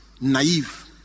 naive